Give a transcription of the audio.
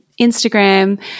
Instagram